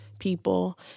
people